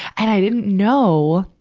and i didn't know,